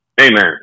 Amen